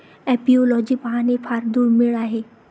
apiology पाहणे फार दुर्मिळ आहे